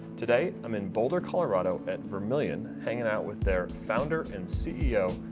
today, i'm in boulder, colorado at vermilion, hanging out with their founder and ceo,